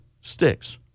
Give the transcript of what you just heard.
Sticks